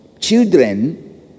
children